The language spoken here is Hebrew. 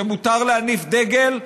שמותר להניף דגל,